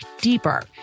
deeper